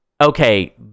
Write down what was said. okay